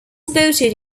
voted